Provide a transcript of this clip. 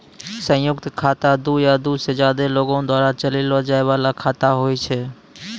संयुक्त खाता दु या दु से ज्यादे लोगो द्वारा चलैलो जाय बाला खाता होय छै